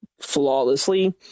flawlessly